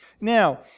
Now